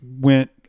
went